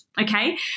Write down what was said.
Okay